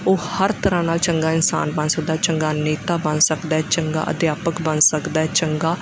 ਉਹ ਹਰ ਤਰ੍ਹਾਂ ਨਾਲ ਚੰਗਾ ਇਨਸਾਨ ਬਣ ਸਕਦਾ ਚੰਗਾ ਨੇਤਾ ਬਣ ਸਕਦਾ ਹੈ ਚੰਗਾ ਅਧਿਆਪਕ ਬਣ ਸਕਦਾ ਚੰਗਾ